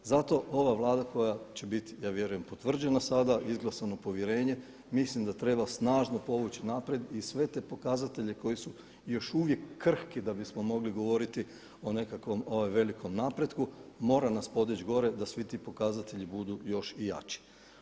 Zato ova Vlada koja će biti ja vjerujem potvrđena sada, izglasano povjerenje, mislim da treba snažno povući naprijed i sve te pokazatelje koji su još uvijek krhki da bismo mogli govoriti o nekakvom velikom napretku mora nas podići gore da svi ti pokazatelji budu još i jači.